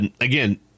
again